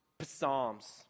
Psalms